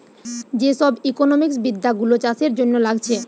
যে সব ইকোনোমিক্স বিদ্যা গুলো চাষের জন্যে লাগছে